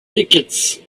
tickets